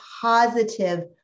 positive